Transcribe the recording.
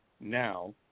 now